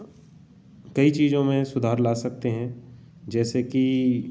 कई चीज़ों में सुधार ला सकते हैं जैसे कि